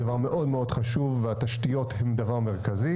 זה דבר מאוד מאוד חשוב והתשתיות הן דבר מרכזי.